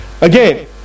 Again